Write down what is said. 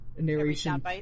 narration